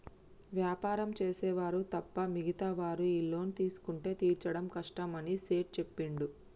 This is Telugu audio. వ్యాపారం చేసే వారు తప్ప మిగతా వారు ఈ లోన్ తీసుకుంటే తీర్చడం కష్టమని సేట్ చెప్పిండు